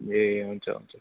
ए हुन्छ हुन्छ